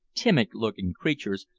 timid-looking creatures,